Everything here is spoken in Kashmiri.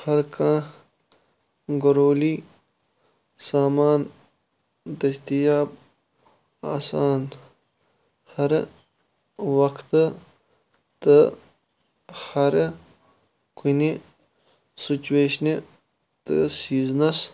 ہر کانٛہہ گرولی سامان دٔستِیاب آسان ہَرٕ وقتہٕ تہٕ ہَرٕ کُنہِ سُچویشنہِ تہٕ سیٖزنَس